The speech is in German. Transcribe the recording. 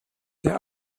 der